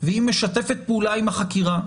והיא משתפת פעולה עם החקירה.